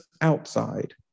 outside